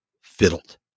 fiddled